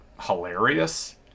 hilarious